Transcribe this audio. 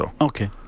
Okay